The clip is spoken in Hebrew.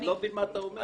אני לא מבין מה אתה אומר.